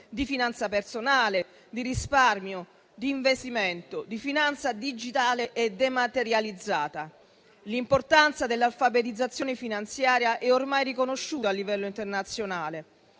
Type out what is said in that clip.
di finanza personale, di risparmio, di investimento e di finanza digitale e dematerializzata. L'importanza dell'alfabetizzazione finanziaria è ormai riconosciuta a livello internazionale: